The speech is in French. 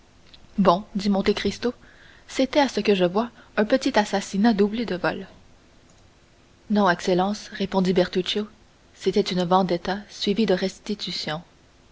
dit monte cristo c'était à ce que je vois un petit assassinat doublé de vol non excellence répondit bertuccio c'était une vendetta suivie de restitution